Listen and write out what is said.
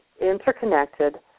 interconnected